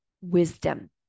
wisdom